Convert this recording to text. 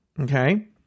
Okay